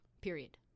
period